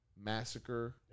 Massacre